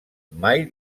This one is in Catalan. mai